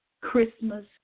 Christmas